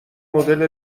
مدل